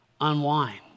unwind